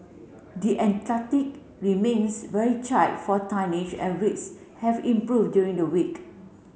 the remains very for tonnage and rates have improved during the week